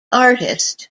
artist